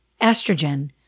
estrogen